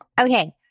Okay